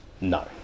No